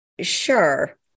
sure